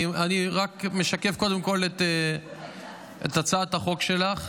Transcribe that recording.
אני רק משקף קודם את הצעת החוק שלך.